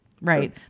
right